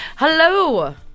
Hello